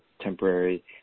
temporary